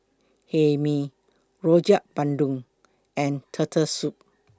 Hae Mee Rojak Bandung and Turtle Soup